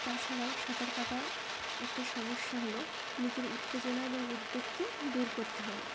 তাছাড়াও সাঁতার কাটা একটা সমস্যা হলো নিজের উত্তেজনা এবং উদ্বেগকে দূর করতে হবে